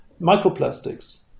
microplastics